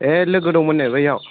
ए लोगो दंमोन नै बैयाव